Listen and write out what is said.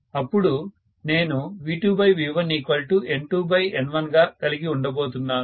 అప్పుడు నేను V2V1N2N1గా కలిగి ఉండబోతున్నాను